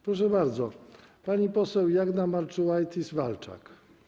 Proszę bardzo, pani poseł Jagna Marczułajtis-Walczak.